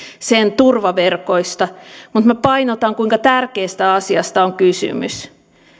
sen turvaverkoista mutta minä painotan kuinka tärkeästä asiasta on kysymys